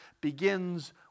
begins